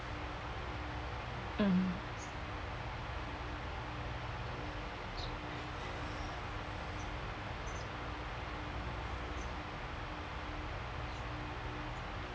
um